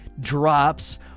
drops